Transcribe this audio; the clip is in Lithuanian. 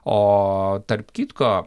o tarp kitko